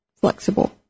flexible